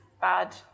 bad